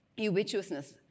ubiquitousness